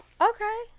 Okay